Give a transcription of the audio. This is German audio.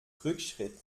rückschritt